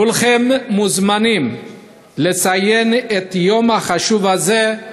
כולכם מוזמנים לציין את היום החשוב הזה,